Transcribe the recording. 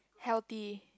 healthy